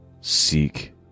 seek